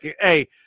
Hey